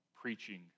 preaching